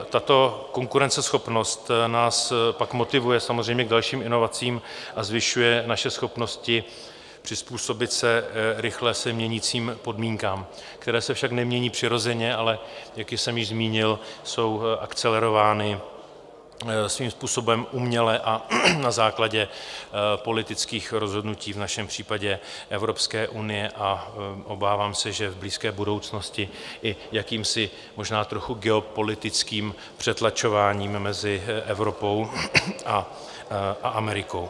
Tato konkurenceschopnost nás pak motivuje samozřejmě k dalším inovacím a zvyšuje naše schopnosti přizpůsobit se rychle se měnícím podmínkám, které se však nemění přirozeně, ale jak jsem již zmínil, jsou akcelerovány svým způsobem uměle a na základě politických rozhodnutí, v našem případě Evropské unie, a obávám se, že v blízké budoucnosti i jakýmsi možná trochu geopolitickým přetlačováním mezi Evropou a Amerikou.